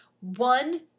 One